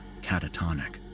catatonic